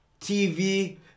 TV